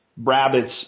Rabbits